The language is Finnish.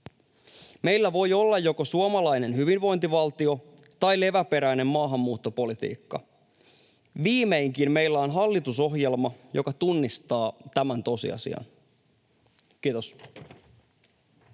Meillä voi olla joko suomalainen hyvinvointivaltio tai leväperäinen maahanmuuttopolitiikka. Viimeinkin meillä on hallitusohjelma, joka tunnistaa tämän tosiasian. — Kiitos.